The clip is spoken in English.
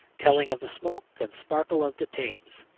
telling of the smoke and sparkle of the thames.